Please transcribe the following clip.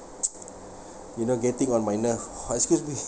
you know getting on my nerve excuse me